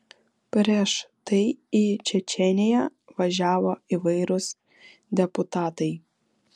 prieš tai į čečėniją važiavo įvairūs deputatai